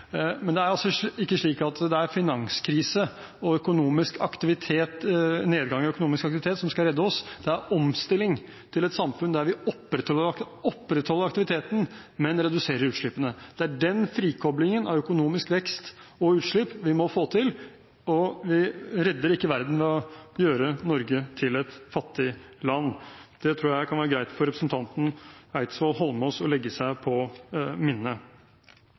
Men det er altså ikke slik at det er finanskrise og nedgang i økonomisk aktivitet som skal redde oss, det er omstilling til et samfunn der vi opprettholder aktiviteten, men reduserer utslippene. Det er den frikoblingen av økonomisk vekst og utslipp vi må få til, og vi redder ikke verden ved å gjøre Norge til et fattig land. Det tror jeg det kan være greit for representanten Eidsvoll Holmås å legge seg på minne.